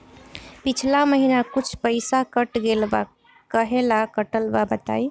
पिछला महीना कुछ पइसा कट गेल बा कहेला कटल बा बताईं?